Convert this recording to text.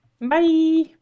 Bye